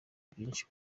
byinshi